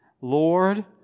Lord